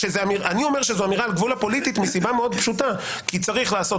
אני אומר שזו אמירה על גבול הפוליטית כי צריך לעשות